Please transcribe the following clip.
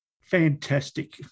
Fantastic